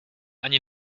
ani